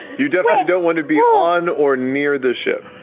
you definitely don't want to be on or near the ship.